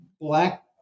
black